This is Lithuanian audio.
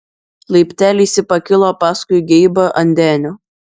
laipteliais ji pakilo paskui geibą ant denio